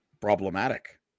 problematic